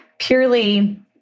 purely